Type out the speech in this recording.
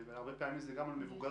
אבל הרבה פעמים זה גם על מבוגרים.